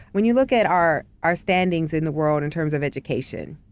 when you look at our our standings in the world, in terms of education.